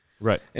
Right